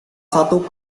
satu